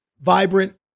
vibrant